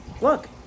look